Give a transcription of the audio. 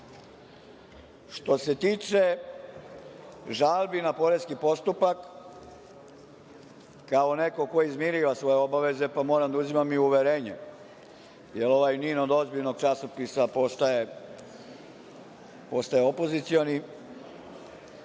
se tiče žalbi na poreski postupak, kao neko ko je izmirio svoje obaveze pa moram da uzimam i uverenje, jer ovaj NIN od ozbiljnog časopisa postaje opozicioni,